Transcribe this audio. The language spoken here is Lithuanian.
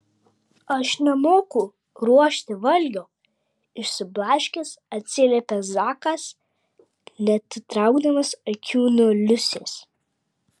aš nemoku ruošti valgio išsiblaškęs atsiliepė zakas neatitraukdamas akių nuo liusės